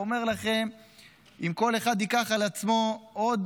אומר לכם שאם כל אחד ייקח על עצמו עוד